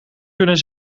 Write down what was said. kunnen